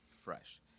fresh